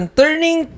turning